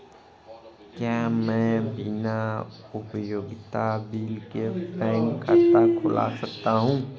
क्या मैं बिना उपयोगिता बिल के बैंक खाता खोल सकता हूँ?